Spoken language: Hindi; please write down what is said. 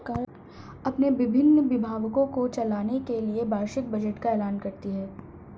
सरकार अपने विभिन्न विभागों को चलाने के लिए वार्षिक बजट का ऐलान करती है